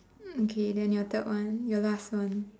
mm okay then your third one your last one